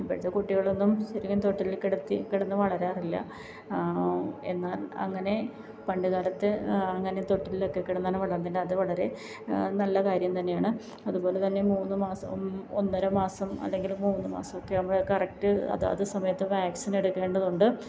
ഇപ്പഴത്തെ കുട്ടികളൊന്നും ശരിക്കും തൊട്ടിലില് കിടത്തി കിടന്ന് വളരാറില്ല എന്നാൽ അങ്ങനെ പണ്ടുകാലത്ത് അങ്ങനെ തൊട്ടിലിലൊക്കെ കിടന്നാണ് വളര്ന്നിരുന്നത് അത് വളരെ നല്ല കാര്യം തന്നെയാണ് അതുപോലെ തന്നെ മൂന്നു മാസം ഒന്നരമാസം അല്ലെങ്കില് മൂന്നുമാസം ഒക്കെ ആകുമ്പോഴാണ് കറക്റ്റ് അതാത് സമയത്ത് വാക്സിന് എടുക്കേണ്ടതുണ്ട്